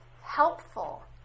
helpful